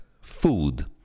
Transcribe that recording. food